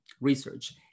research